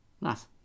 Nice